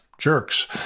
jerks